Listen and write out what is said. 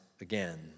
again